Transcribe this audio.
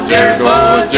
Jericho